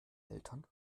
eltern